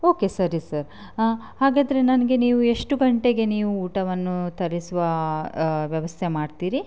okay ಸರಿ sir ಹಾಗಾದರೆ ನನಗೆ ನೀವು ಎಷ್ಟು ಗಂಟೆಗೆ ನೀವು ಊಟವನ್ನು ತರಿಸುವ ವ್ಯವಸ್ಥೆ ಮಾಡ್ತೀರಿ